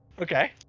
okay